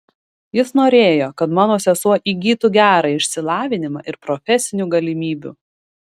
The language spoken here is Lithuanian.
jis norėjo kad mano sesuo įgytų gerą išsilavinimą ir profesinių galimybių